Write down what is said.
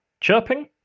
chirping